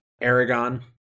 Aragon